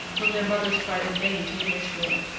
whom their mothers tried in vain to reassure,